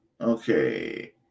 Okay